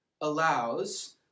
allows